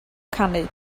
canu